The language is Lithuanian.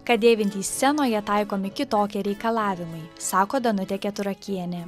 kad dėvint jį scenoje taikomi kitokie reikalavimai sako danutė keturakienė